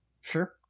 Sure